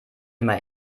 immer